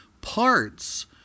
parts